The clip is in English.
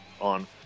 on